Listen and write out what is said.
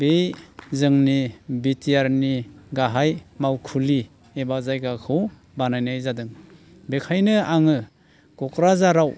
बे जोंनि बिटिआरनि गाहाय मावखुलि एबा जायगाखौ बानायनाय जादों बेखायनो आङो क'क्राझाराव